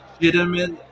legitimate